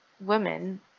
women